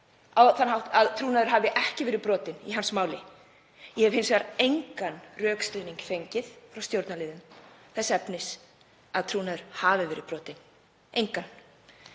að trúnaður hafi ekki verið brotinn í máli hans. Ég hef hins vegar engan rökstuðning fengið frá stjórnarliðum þess efnis að trúnaður hafi verið brotinn. Engan.